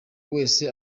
wese